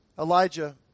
Elijah